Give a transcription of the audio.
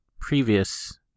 previous